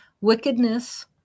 Wickedness